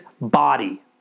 body